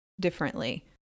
differently